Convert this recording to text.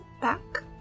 back